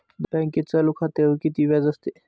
बँकेत चालू खात्यावर किती व्याज असते?